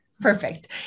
Perfect